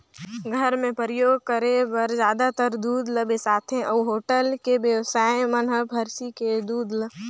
घर मे परियोग करे बर जादातर दूद ल बेसाथे अउ होटल के बेवसाइ मन हर भइसी के दूद ल